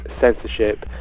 censorship